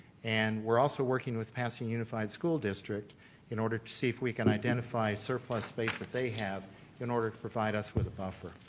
and we're also working with pasadena unified school district in order to see if we can identify surplus space that they have in order to provide us with a buffer.